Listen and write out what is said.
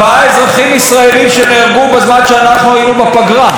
הוא לא דיבר על מאות ההרוגים בעזה.